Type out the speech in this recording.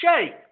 shape